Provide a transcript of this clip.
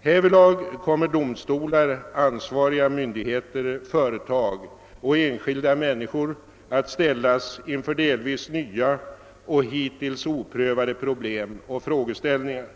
Härvidlag kommer domstolar, ansvariga myndigheter, företag och enskilda människor att ställas inför delvis nya och hittills oprövade problem och frågeställningar.